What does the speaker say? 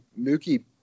Mookie